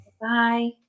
bye